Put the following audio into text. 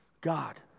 God